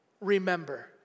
remember